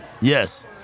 Yes